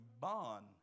bond